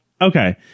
Okay